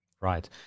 Right